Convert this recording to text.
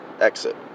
exit